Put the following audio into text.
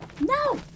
No